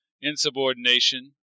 insubordination